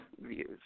views